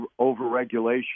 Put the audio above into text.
overregulation